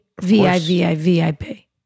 V-I-V-I-V-I-P